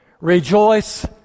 Rejoice